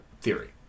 theory